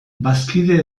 bazkide